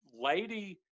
Lady